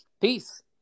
Peace